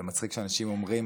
זה מצחיק שאנשים אומרים